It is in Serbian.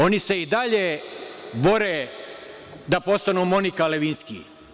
Oni se i dalje bore da postanu Monika Levinski.